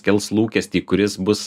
kels lūkestį kuris bus